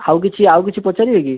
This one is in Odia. ଆଉ କିଛି ଆଉ କିଛି ପଚାରିବେ କି